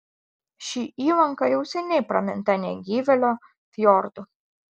ši įlanka jau seniai praminta negyvėlio fjordu